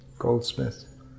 Goldsmith